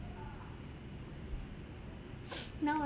now I